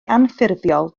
anffurfiol